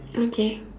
okay